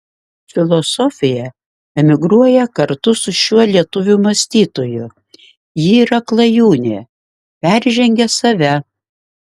filosofija emigruoja kartu su šiuo lietuvių mąstytoju ji yra klajūnė peržengia save